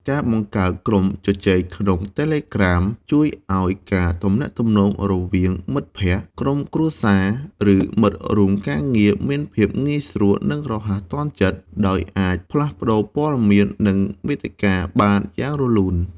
ការបង្កើតក្រុមជជែកក្នុង Telegram ជួយឲ្យការទំនាក់ទំនងរវាងមិត្តភក្តិ ក្រុមគ្រួសារ ឬមិត្តរួមការងារមានភាពងាយស្រួល និងរហ័សទាន់ចិត្ត ដោយអាចផ្លាស់ប្តូរព័ត៌មាន និងមាតិកាបានយ៉ាងរលូន។